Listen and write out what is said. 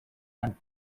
tant